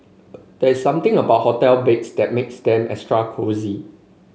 there's something about hotel beds that makes them extra cosy